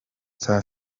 saa